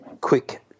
quick